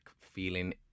feeling